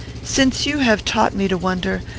since you have taught me to wonder,